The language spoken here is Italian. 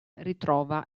ritrova